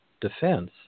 defense